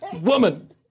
woman